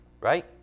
right